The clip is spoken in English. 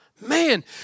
Man